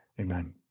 Amen